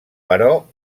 però